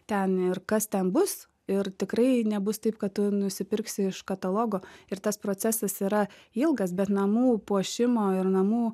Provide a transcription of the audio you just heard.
ten ir kas ten bus ir tikrai nebus taip kad tu nusipirksi iš katalogo ir tas procesas yra ilgas bet namų puošimo ir namų